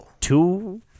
two